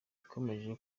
nakomeje